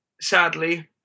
Sadly